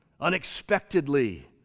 unexpectedly